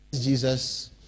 Jesus